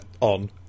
on